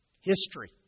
history